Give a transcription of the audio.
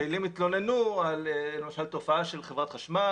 פעילים התלוננו על למשל תופעה של חברת חשמל